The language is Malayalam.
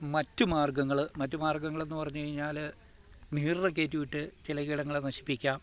മറ്റു മാർഗ്ഗങ്ങൾ മറ്റു മാർഗ്ഗങ്ങളെന്നു പറഞ്ഞു കഴിഞ്ഞാൽ നീറേക്കേറ്റി വിട്ട് ചില കീടങ്ങളെ നശിപ്പിക്കാം